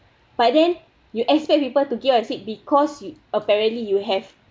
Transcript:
but then you expect people to give you a seat because apparently you have